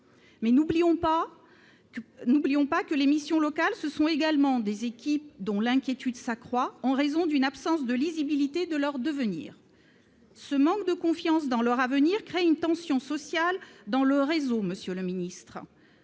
Mais n'oublions pas que les missions locales ce sont également des équipes, dont l'inquiétude s'accroît en raison d'une absence de lisibilité de leur devenir. Monsieur le ministre, ce manque de confiance dans leur avenir crée une tension sociale dans le réseau. Quelles sont